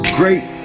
great